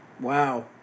wow